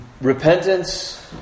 Repentance